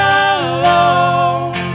alone